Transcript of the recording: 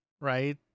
right